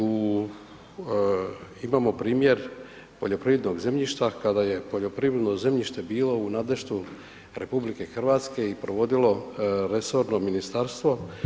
U, imamo primjer poljoprivrednog zemljišta, kad je poljoprivredno zemljište bilo u ... RH-e i provodilo resorno ministarstvo.